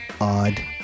odd